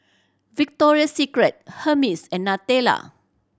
Victoria Secret Hermes and Nutella